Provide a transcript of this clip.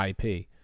ip